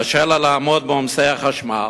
קשה לה לעמוד בעומסי החשמל,